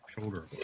shoulder